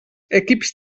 equips